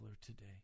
today